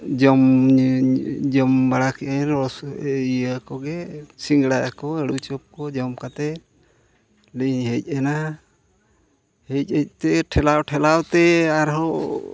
ᱡᱚᱢᱼᱧᱩ ᱡᱚᱢ ᱵᱟᱲᱟ ᱠᱮᱫᱼᱟ ᱞᱚᱥ ᱤᱭᱟᱹ ᱠᱚᱜᱮ ᱥᱤᱸᱜᱟᱹᱲᱟ ᱠᱚ ᱟᱹᱞᱩ ᱪᱚᱯᱠᱚ ᱡᱚᱢ ᱠᱟᱛᱮᱫ ᱞᱤᱧ ᱦᱮᱡᱮᱱᱟ ᱦᱮᱡᱼᱦᱮᱡᱛᱮ ᱴᱷᱮᱞᱟᱣ ᱴᱷᱮᱞᱟᱣᱛᱮ ᱟᱨᱦᱚᱸ